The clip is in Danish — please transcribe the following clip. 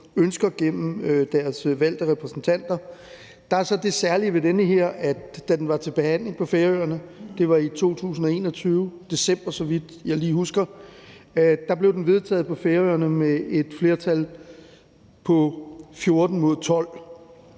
ønsker gennem deres valgte repræsentanter. Der er så det særlige ved det her, at da det var til behandling på Færøerne – det var i 2021, i december, så vidt jeg lige husker – blev det vedtaget på Færøerne med et flertal på 14 mod 12.